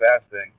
fasting